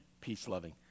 peace-loving